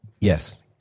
Yes